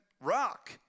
rock